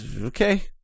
Okay